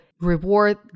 reward